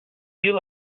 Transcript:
you